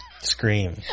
Scream